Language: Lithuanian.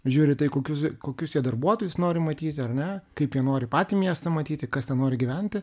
žiūri tai kokius kokius jie darbuotojus nori matyti ar ne kaip jie nori patį miestą matyti kas ten nori gyventi